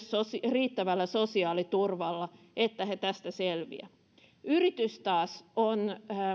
riittävällä sosiaaliturvalla että he tästä selviävät yritys taas on